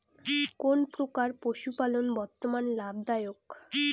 কোন প্রকার পশুপালন বর্তমান লাভ দায়ক?